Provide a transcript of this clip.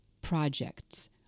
projects